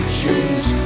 choose